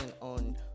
on